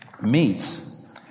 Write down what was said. meets